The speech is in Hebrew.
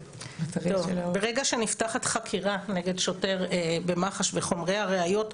ברגע שנפתחת חקירה נגד שוטר במח"ש וחומרי הראיות,